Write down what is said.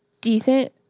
decent